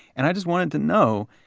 and i just wanted to know,